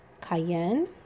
cayenne